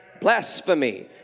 blasphemy